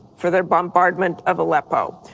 for their bombardment of aleppo.